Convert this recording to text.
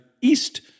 East